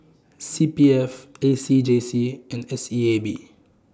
C P F A C J C and S E A B